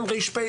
אין ר"פ,